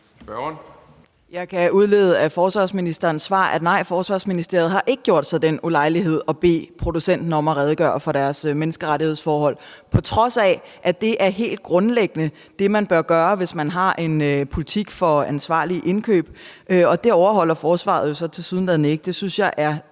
Jeg kan udlede af forsvarsministerens svar, at nej, Forsvarsministeriet har ikke gjort sig den ulejlighed at bede producenten om at redegøre for sine menneskerettighedsforhold, på trods af at det helt grundlæggende er det, man bør gøre, hvis man har en politik for ansvarlige indkøb. Det overholder Forsvaret så tilsyneladende ikke. Det synes jeg er